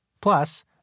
Plus